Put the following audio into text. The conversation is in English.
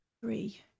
three